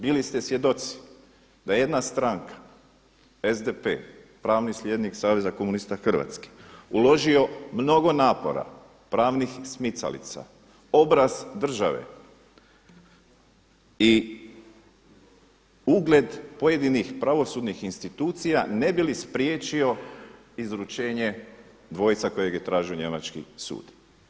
Bili ste svjedoci da jedna stranka SDP, pravi slijednik saveza komunista Hrvatske uložio mnogo napora, pravnih smicalica, obraz države i ugled pojedinih pravosudnih institucija ne bi li spriječio izručenje dvojca kojeg je tražio njemački sud.